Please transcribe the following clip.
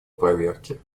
проверки